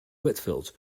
whitfield